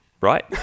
right